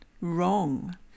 Wrong